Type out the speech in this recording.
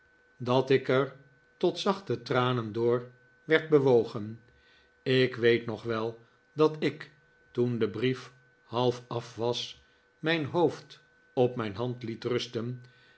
dat ik er tot zachte tranen door werd bewogen ik weet nog wel dat ik toen de brief half af was miin hoofd op mijn hand liet rusten